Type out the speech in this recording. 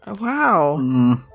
Wow